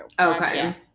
Okay